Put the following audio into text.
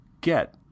get